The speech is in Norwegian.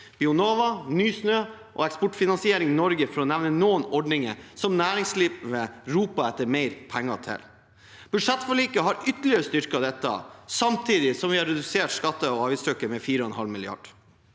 Bionova, Nysnø og Eksportfinansiering Norge, for å nevne noen ordninger som næringslivet roper etter mer penger til. Budsjettforliket har ytterligere styrket dette, samtidig som vi har redusert skatte- og avgiftstrykket med 4,5 mrd.